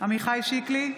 עמיחי שיקלי,